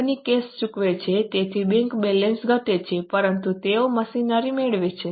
company cash ચૂકવે છે તેથી બેંક બેલેન્સ ઘટે છે પરંતુ તેઓ મશીનરી મેળવશે